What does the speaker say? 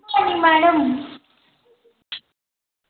नमस्ते madam